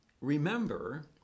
remember